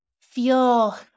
feel